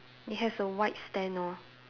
it has a white stand lor